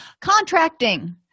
contracting